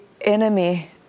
enemy